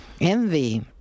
Envy